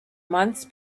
months